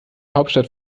hauptstadt